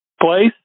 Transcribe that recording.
place